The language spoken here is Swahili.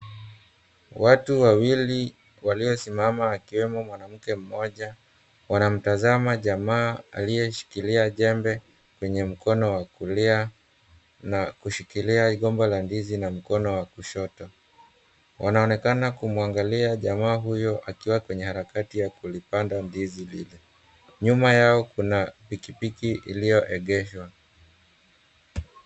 Watu wawili waliosimama akiwemo mwanamke mmoja, wanamtazama jamaa aliyeshikilia jembe kwenye mkono wa kulia na kushikilia gomba la ndizi na mkono wa kushoto. Wanaonekana kumwangalia jamaa huyo akiwa kwenye harakati ya kulipanda ndizi lile. Nyuma yao kuna pikipiki iliyoegeshwa.